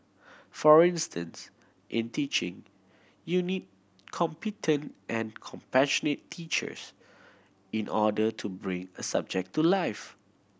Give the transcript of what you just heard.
for instance in teaching you need competent and compassionate teachers in order to bring a subject to life